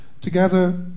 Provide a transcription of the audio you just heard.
together